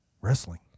Wrestling